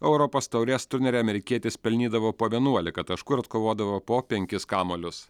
europos taurės turnyre amerikietis pelnydavo po vienuolika taškų ir atkovodavo po penkis kamuolius